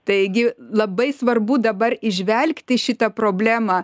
taigi labai svarbu dabar įžvelgti šitą problemą